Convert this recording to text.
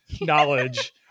knowledge